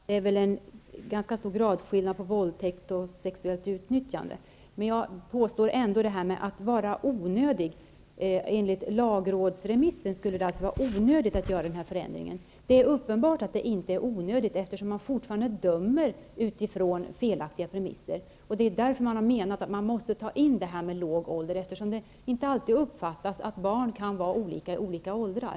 Herr talman! Det är ganska stor gradskillnad mellan våldtäkt och sexuellt utnyttjande. Enligt lagrådsremissen skulle det alltså vara onödigt att göra denna förändring av lagen. Det är uppenbart att det inte är onödigt eftersom man fortfarande dömer utifrån felaktiga premisser. Det är därför man måste ta in formuleringen om låg ålder. Det uppfattas inte alltid att barn kan var olika i olika åldrar.